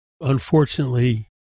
unfortunately